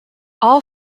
all